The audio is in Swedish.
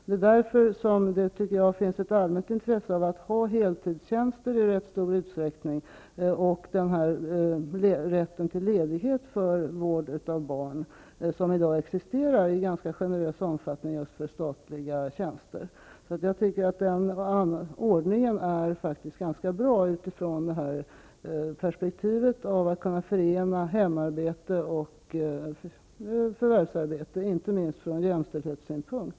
Det är därför som det finns ett allmänt intresse av att i rätt stor utsträckning ha heltidstjänster och att ha rätt till ledighet för vård av barn, en rätt som i dag existerar i ganska generös omfattning just när det gäller statliga tjänster. Denna ordning är ganska bra utifrån perspektivet av att kunna förena hemarbete och förvärvsarbete, inte minst från jämställdhetssynpunkt.